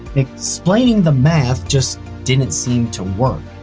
explaining the math just didn't seem to work.